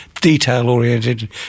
detail-oriented